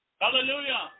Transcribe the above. Hallelujah